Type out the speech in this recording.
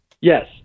Yes